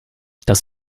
das